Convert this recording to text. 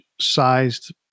sized